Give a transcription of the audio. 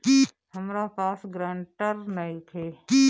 हमरा पास ग्रांटर नइखे?